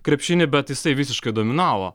krepšinį bet jisai visiškai dominavo